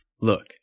look